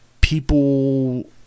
People